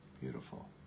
beautiful